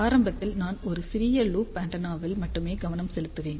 ஆரம்பத்தில் நான் ஒரு சிறிய லூப் ஆண்டெனாவில் மட்டுமே கவனம் செலுத்துவேன்